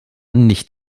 nicht